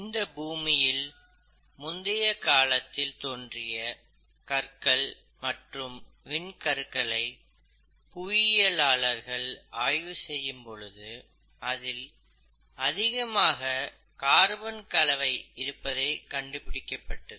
இந்த பூமியில் முந்தைய காலத்தில் தோன்றிய கற்கள் மற்றும் விண்கற்களை புவியியலாளர்கள் ஆய்வு செய்யும் பொழுது அதில் அதிகமாக கார்பன் கலவை இருப்பது கண்டுபிடிக்கப்பட்டது